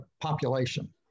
population